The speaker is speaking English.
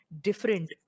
different